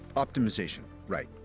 optimization, right,